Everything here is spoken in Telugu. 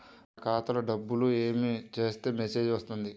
మన ఖాతాలో డబ్బులు ఏమి చేస్తే మెసేజ్ వస్తుంది?